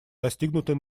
достигнутый